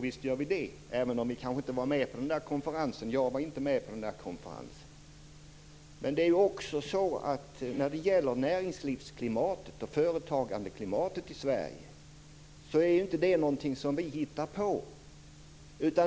Visst gör vi det, även om vi kanske inte var med på konferensen. Jag var inte med på konferensen. Näringslivsklimatet och företagandeklimatet i Sverige är inte någonting som vi hittar på. Det